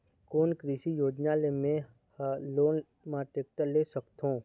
कोन कृषि योजना ले मैं हा लोन मा टेक्टर ले सकथों?